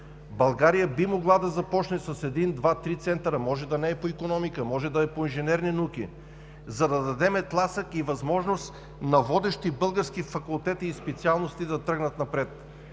България би могла да започне с един, два, три центъра. Може да не е по икономика, може да е по инженерни науки, но да дадем тласък и възможност на водещи български факултети и специалности да тръгнат напред,